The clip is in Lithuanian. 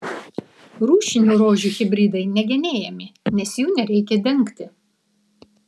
rūšinių rožių hibridai negenėjami nes jų nereikia dengti